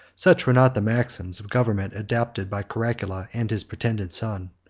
such were not the maxims of government adopted by caracalla and his pretended son.